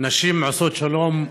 נשים עושות שלום,